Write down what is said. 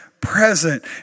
Present